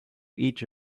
each